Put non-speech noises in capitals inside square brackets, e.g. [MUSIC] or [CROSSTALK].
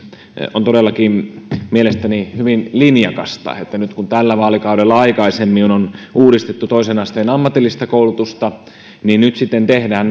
on todellakin mielestäni hyvin linjakasta että nyt kun tällä vaalikaudella aikaisemmin on on uudistettu toisen asteen ammatillista koulutusta niin nyt sitten tehdään [UNINTELLIGIBLE]